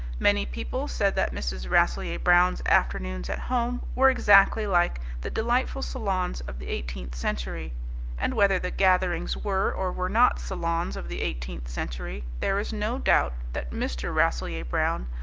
many people said that mrs. rasselyer-brown's afternoons at home were exactly like the delightful salons of the eighteenth century and whether the gatherings were or were not salons of the eighteenth century, there is no doubt that mr. rasselyer-brown,